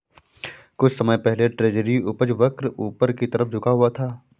कुछ समय पहले ट्रेजरी उपज वक्र ऊपर की तरफ झुका हुआ था